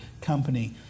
company